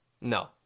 No